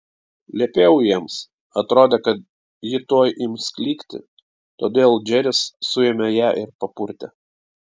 liepiau jiems atrodė kad ji tuoj ims klykti todėl džeris suėmė ją ir papurtė